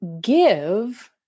give